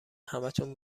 همتون